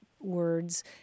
words